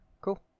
cool